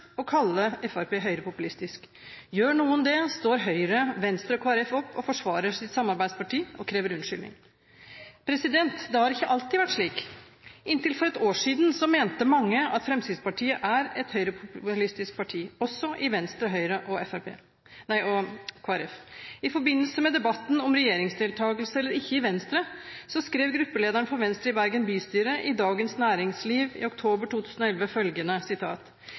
kalle Fremskrittspartiet høyrepopulistisk. Gjør noen det, står Høyre, Venstre og Kristelig Folkeparti opp og forsvarer sitt samarbeidsparti, og krever unnskyldning. Det har ikke alltid vært slik. Inntil for et år siden mente mange at Fremskrittspartiet er et høyrepopulistisk parti, også i Venstre, Høyre og Kristelig Folkeparti. I forbindelse med debatten om regjeringsdeltakelse eller ikke i Venstre, skrev gruppelederen for Venstre i Bergen bystyre i Dagens Næringsliv i oktober 2011 følgende: